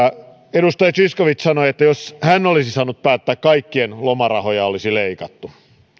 edustaja zyskowicz sanoi että jos hän olisi saanut päättää kaikkien lomarahoja olisi leikattu